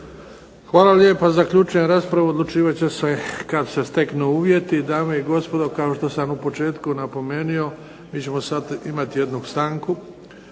Hvala lijepa. Zaključujem raspravu. Odlučivat će se kad se steknu uvjeti. Dame i gospodo, kao što sam u početku napomenuo mi ćemo sad imati jednu stanku.